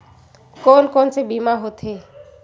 कोन कोन से बीमा होथे?